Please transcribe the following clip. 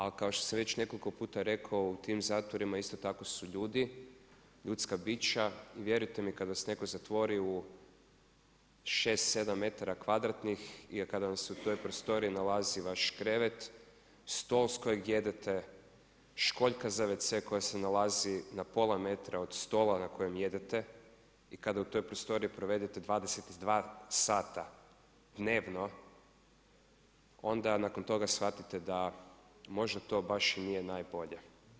A kao što sam već nekoliko puta rekao u tim zatvorima isto tako su ljudi, ljudska bića, i vjerujte mi, kad vas netko zatvori u 6, 7 metara kvadratnih, i kada vam se u prostoriji nalazi vaš krevet, stol s kojeg jedete, školjka za WC koja se nalazi na pola metra od stola na kojem jedete i kada u toj prostoriji provedete 22 sata dnevno, onda nakon toga shvatite da možda to baš i nije najbolje.